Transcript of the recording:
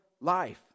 life